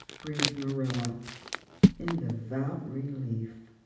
breathed marilla in devout relief.